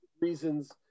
reasons